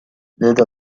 لدى